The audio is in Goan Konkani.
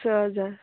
स हजार